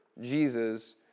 Jesus